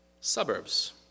Suburbs